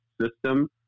system